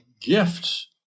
gifts